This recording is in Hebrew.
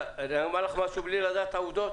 אגיד לך משהו בלי לדעת את העובדות?